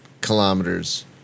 kilometers